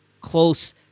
close